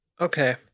Okay